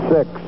Six